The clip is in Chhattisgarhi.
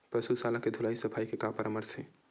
पशु शाला के धुलाई सफाई के का परामर्श हे?